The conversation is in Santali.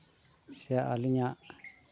ᱥᱮ ᱟᱹᱞᱤᱧᱟᱜ